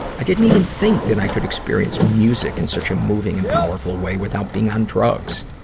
i didn't even think that i could experience music in such a moving and powerful way without being on drugs.